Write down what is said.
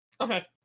Okay